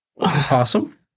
Awesome